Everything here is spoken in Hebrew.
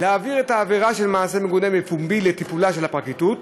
להעביר את העבירה של מעשה מגונה בפומבי לטיפולה של הפרקליטות,